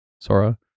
Sora